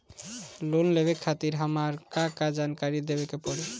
Loan लेवे खातिर हमार का का जानकारी देवे के पड़ी?